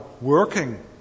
working